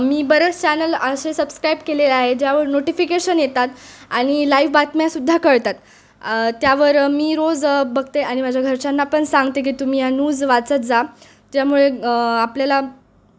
मी बरेच चॅनल असे सबस्क्राइब केलेले आहे ज्यावर नोटिफिकेशन येतात आणि लाईव बातम्यासुद्धा कळतात त्यावर मी रोज बघते आणि माझ्या घरच्यांना पण सांगते की तुम्ही ह्या न्यूज वाचत जा ज्यामुळे आपल्याला